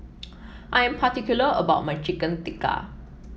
I am particular about my Chicken Tikka